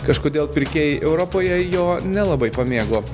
kažkodėl pirkėjai europoje jo nelabai pamėgo